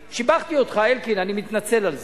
שיבחתי אותך, אלקין, אני מתנצל על זה.